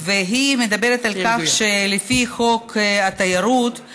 והיא מדברת על כך שלפי חוק התיירות,